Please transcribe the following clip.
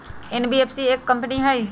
NBFC एक company हई?